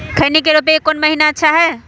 खैनी के रोप के कौन महीना अच्छा है?